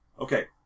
Okay